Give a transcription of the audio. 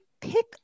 pick